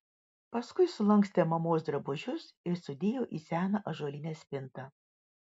paskui sulankstė mamos drabužius ir sudėjo į seną ąžuolinę spintą